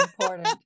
important